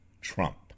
trump